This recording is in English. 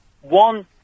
one